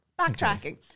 backtracking